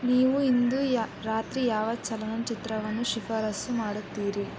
ನೀವು ಇಂದು ಯಾ ರಾತ್ರಿ ಯಾವ ಚಲನಚಿತ್ರವನ್ನು ಶಿಫಾರಸ್ಸು ಮಾಡುತ್ತೀರಿ